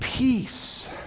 Peace